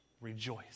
rejoice